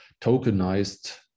tokenized